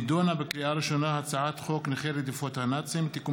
נדונה בקריאה ראשונה הצעת חוק נכי רדיפות הנאצים (תיקון